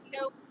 nope